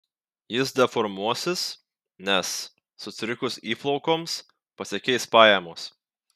jis deformuosis nes sutrikus įplaukoms pasikeis pajamos